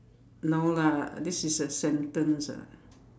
no lah this is a sentence ah